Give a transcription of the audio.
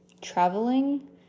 traveling